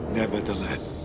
nevertheless